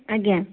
ଆଜ୍ଞା